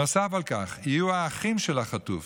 נוסף על כך, יהיו האחים של החטוף